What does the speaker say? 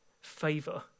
favor